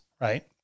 right